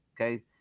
okay